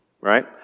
Right